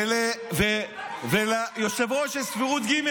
מה עם השעון והרולקס, וליושב-ראש יש סבירות ג'.